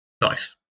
Nice